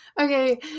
okay